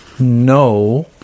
No